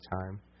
time